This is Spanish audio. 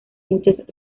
muchas